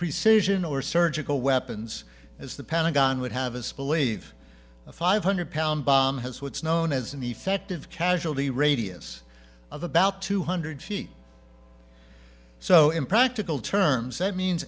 precision or surgical weapons as the pentagon would have us believe a five hundred pound bomb has what's known as an effective casualty radius of about two hundred feet so in practical terms said means